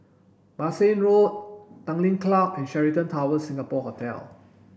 Bassein Road Tanglin Club and Sheraton Towers Singapore Hotel